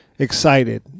Excited